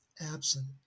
absent